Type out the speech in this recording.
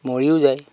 মৰিও যায়